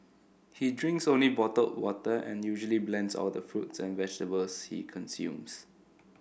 he drinks only bottled water and usually blends all the fruit and vegetables he consumes